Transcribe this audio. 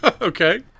okay